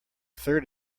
third